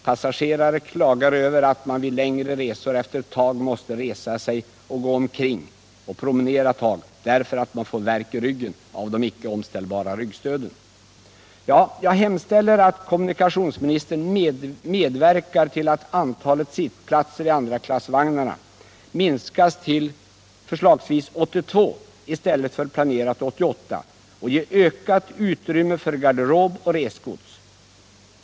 Passagerare klagar över att man vid längre resor efter ett tag måste resa sig och gå omkring, därför att man får värk i ryggen av de icke omställbara ryggstöden. Jag hemställer att kommunikationsministern medverkar till att antalet sittplatser i andraklassvagnarna minskas till förslagsvis 82 i stället för som planerat 88, och till ökat utrymme för garderob och resgods.